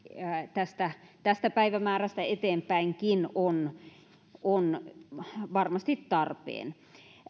tästä tästä päivämäärästä eteenpäinkin on on varmasti tarpeen